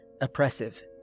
oppressive